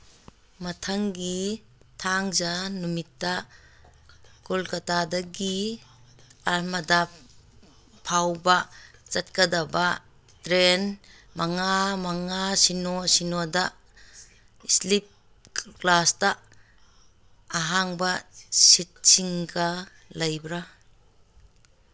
ꯃꯊꯪꯒꯤ ꯊꯥꯡꯖ ꯅꯨꯃꯤꯠꯇ ꯀꯣꯜꯀꯇꯥꯗꯒꯤ ꯑꯔꯃꯗꯥ ꯐꯥꯎꯕ ꯆꯠꯀꯗꯕ ꯇ꯭ꯔꯦꯟ ꯃꯉꯥ ꯃꯉꯥ ꯁꯤꯅꯣ ꯁꯤꯅꯣꯗ ꯏꯁꯂꯤꯞ ꯀ꯭ꯂꯥꯁꯇ ꯑꯍꯥꯡꯕ ꯁꯤꯠꯁꯤꯡꯒ ꯂꯩꯕ꯭ꯔꯥ